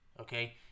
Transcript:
okay